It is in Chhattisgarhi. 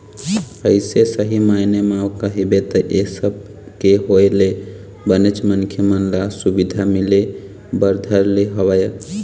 अइसे सही मायने म कहिबे त ऐ सब के होय ले बनेच मनखे मन ल सुबिधा मिले बर धर ले हवय